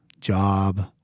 job